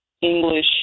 English